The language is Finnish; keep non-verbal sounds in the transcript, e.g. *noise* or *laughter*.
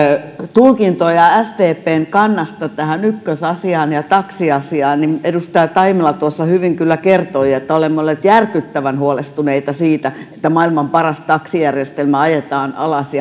tulkintoja sdpn kannasta tähän ykkösasiaan ja taksiasiaan edustaja taimela hyvin kyllä kertoi että olemme olleet järkyttävän huolestuneita siitä että maailman paras taksijärjestelmä ajetaan alas *unintelligible*